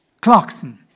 Clarkson